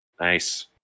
Nice